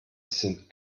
sind